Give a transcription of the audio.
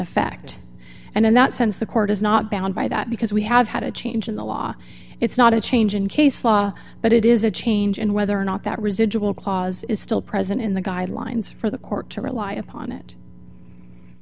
effect and in that sense the court is not bound by that because we have had a change in the law it's not a change in case law but it is a change in whether or not that residual clause is still present in the guidelines for the court to rely upon it